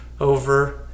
over